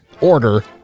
Order